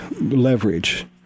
leverage